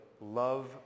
love